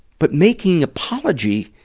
but making apology,